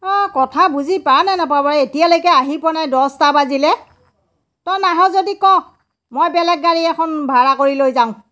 অঁ কথা বুজি পাওঁনে নাপাওঁ বাৰু এতিয়ালৈকে আহি পোৱা নাই দহটা বাজিলে তই নাহয় যদি ক মই বেলেগ গাড়ী এখন ভাড়া কৰি লৈ যাওঁ